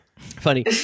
Funny